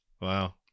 Wow